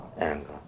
anger